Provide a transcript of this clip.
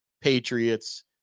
Patriots